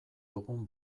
dugun